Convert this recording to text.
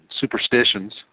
superstitions